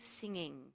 singing